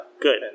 Good